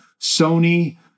Sony